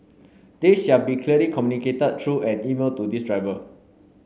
this shall be clearly communicated through an email to these driver